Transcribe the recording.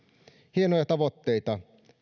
hienoja tavoitteita